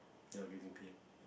without getting paid